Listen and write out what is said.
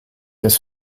des